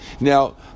Now